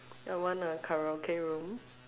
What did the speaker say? I want a Karaoke room